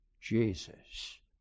Jesus